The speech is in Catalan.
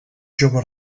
jove